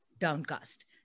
downcast